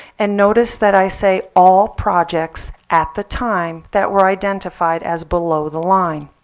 and notice that i say all projects at the time that were identified as below the line.